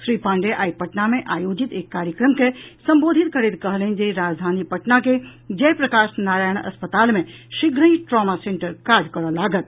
श्री पाण्डेय आई पटना मे आयोजित एक कार्यक्रम के संबोधित करैत कहलनि जे राजधानी पटना के जयप्रकाश नारायण अस्पताल मे शीघ्रहिं ट्रॉमा सेंटर काज करऽ लागत